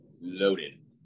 loaded